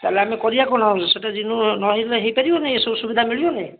ତାହେଲେ ଆମେ କରିବା କ'ଣ ସେଟା ରିନ୍ୟୁ ନ ହୋଇଥିଲେ ହୋଇପାରିବନି ଏ ସବୁ ସୁବିଧା ମିଳିବନି